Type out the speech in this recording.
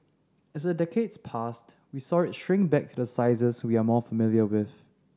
as the decades passed we saw it shrink back to the sizes we are more familiar with